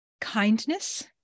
kindness